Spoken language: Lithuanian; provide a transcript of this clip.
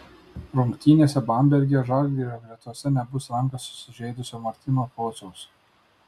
rungtynėse bamberge žalgirio gretose nebus ranką susižeidusio martyno pociaus